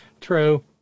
True